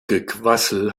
gequassel